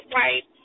right